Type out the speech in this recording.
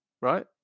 right